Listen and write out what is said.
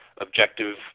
objective